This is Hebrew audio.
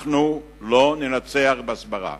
אנחנו לא ננצח בהסברה.